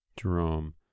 Jerome